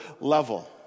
level